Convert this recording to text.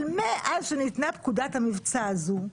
אבל מאז שניתנה פקודת המבצע הזו,